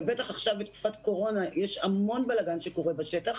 ובטח עכשיו בתקופת הקורונה שיש המון בלגן שקורה בשטח.